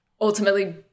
ultimately